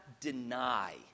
deny